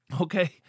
Okay